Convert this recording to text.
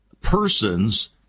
persons